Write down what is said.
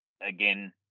again